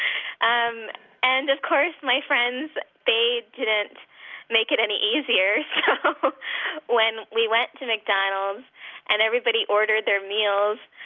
um and of course, my friends they didn't make it any easier. so um when we went to mcdonald's um and everybody ordered their meals,